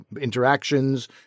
interactions